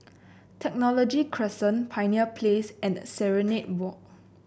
Technology Crescent Pioneer Place and Serenade Walk